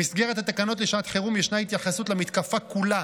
במסגרת התקנות לשעת חירום ישנה התייחסות למתקפה כולה